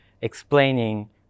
explaining